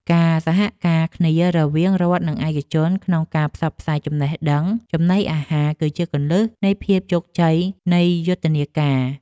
ការសហការគ្នារវាងរដ្ឋនិងឯកជនក្នុងការផ្សព្វផ្សាយចំណេះដឹងចំណីអាហារ គឺជាគន្លឹះនៃភាពជោគជ័យនៃយុទ្ធនាការ។